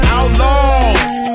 Outlaws